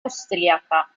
austriaca